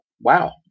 wow